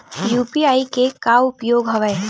UPI के का उपयोग हवय?